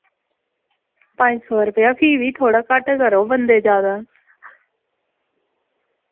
पंज सौ रपेआ फ्ही थोह्ड़ा घट्ट करो बंदे जादा ऐ